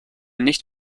nicht